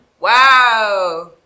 Wow